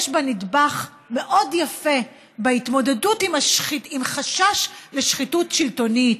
יש בה נדבך מאוד יפה בהתמודדות עם חשש לשחיתות שלטונית,